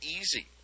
easy